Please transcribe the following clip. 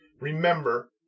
Remember